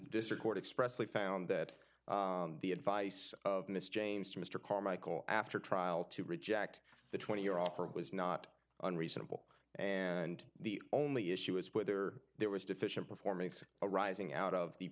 district court expressly found that the advice of miss james to mr carmichael after trial to reject the twenty year offer was not unreasonable and the only issue is whether there was deficient performance arising out of the